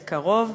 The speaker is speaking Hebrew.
בקרוב.